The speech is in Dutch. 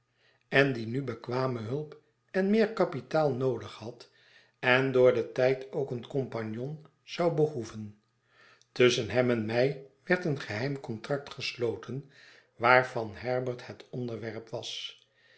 en die nu bekwame hulp en meer kapitaal noodig had en door den tijd ook een compagnon zou behoeven tusschen hem en mij werd een geheim contract gesloten waarvan herbert het onderwerp was